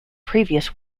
previous